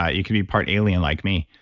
ah you can be part alien like me,